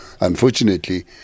Unfortunately